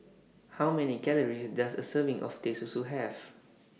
How Many Calories Does A Serving of Teh Susu Have